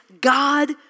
God